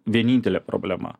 vienintelė problema